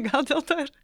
gal dėl to ir